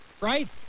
right